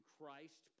Christ